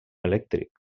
elèctric